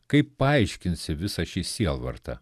kaip paaiškinsi visą šį sielvartą